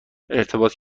ارتباط